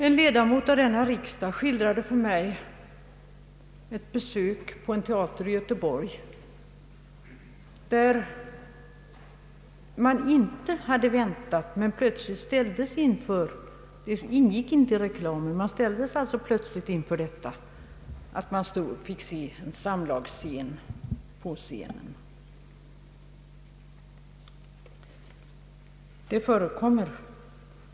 En ledamot av denna riksdag skildrade för mig ett besök på en teater i Göteborg, där man plötsligt ställdes inför en samlagsscen på scenen. Det nämndes inte i reklamen, utan som sagt man ställdes plötsligt inför detta. Det förekommer alltså.